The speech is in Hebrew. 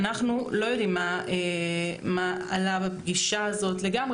אנחנו לא יודעים מה עלה בפגישה הזאת לגמרי